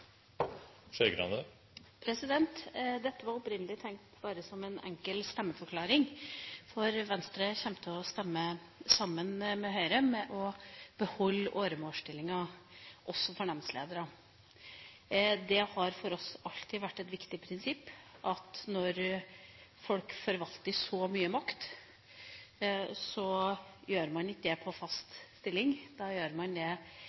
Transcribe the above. Dette var opprinnelig tenkt bare som en enkel stemmeforklaring, for Venstre kommer til å stemme sammen med Høyre om å beholde åremålsstillinga også for nemndledere. Det har for oss alltid vært et viktig prinsipp at når folk forvalter så mye makt, gjør man ikke det i en fast stilling. Når man blir tildelt en så stor og mektig rolle som det